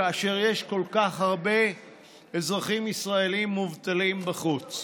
כאשר יש כל כך הרבה אזרחים ישראלים מובטלים בחוץ.